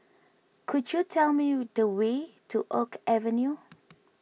could you tell me the way to Oak Avenue